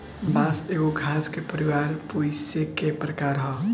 बांस एगो घास के परिवार पोएसी के प्रकार ह